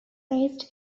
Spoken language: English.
raised